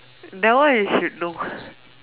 the one you should know